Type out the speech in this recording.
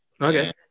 okay